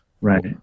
Right